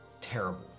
terrible